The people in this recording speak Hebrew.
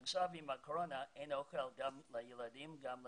ועכשיו עם הקורונה אין אוכל לילדים וגם למבוגרים.